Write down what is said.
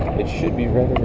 it should be